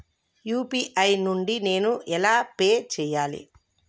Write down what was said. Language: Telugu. యూ.పీ.ఐ నుండి నేను ఎలా పే చెయ్యాలి?